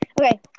Okay